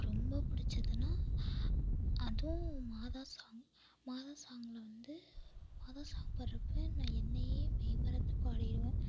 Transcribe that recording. ரொம்ப பிடிச்சதுனா அதுவும் மாதா சாங் மாதா சாங்கில் வந்து மாதா சாங் பாடுகிறப்ப நான் என்னை மெய்மறந்து பாடிருவேன்